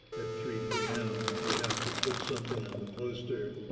at three pm, you have to put something on the poster,